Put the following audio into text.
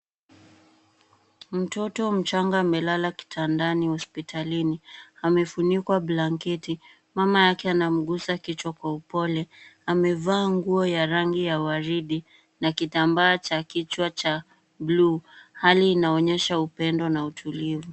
Mtoto mchanga amelala kitandani hospitalini amefunikwa blanketi. Mama yake anamgusa kichwa kwa upole. Amevaa nguo ya rangi ya waridi na kitamba cha kichwa cha buluu. Hali inaonyesha upendo na utulivu.